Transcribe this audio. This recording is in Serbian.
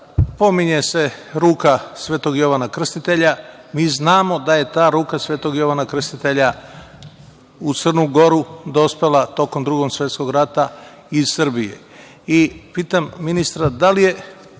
Pominje se ruka Svetog Jovana Krstitelja. Mi znamo da je ta ruka Svetog Jovana Krstitelja u Crnu Goru dospela tokom Drugog svetskog rata iz Srbije.